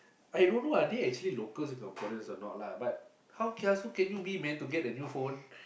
I don't know are they actually local Singaporeans or not lah but how kiasu can you be man to get a new phone